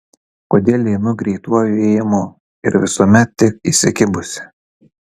kodėl einu greituoju ėjimu ir visuomet tik įsikibusi